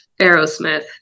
Aerosmith